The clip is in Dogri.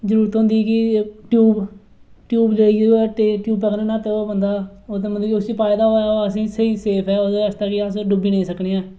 जरूरत होंदी कि ट्यूब ट्यूब चाहिदी ते ट्यूब कन्नै न्हातै दा होऐ बंदा ते उसी पाए दा होऐ ते ओह् असेंगी स्हेई सेफ ऐ ते अस डुब्बी नेईं सकनें ऐं